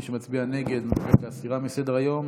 מי שמצביע נגד מבקש להסירה מסדר-היום.